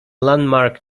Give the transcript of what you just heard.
landmark